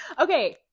Okay